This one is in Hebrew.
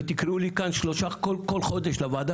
ותקראו לי כאן בכל חודש לוועד,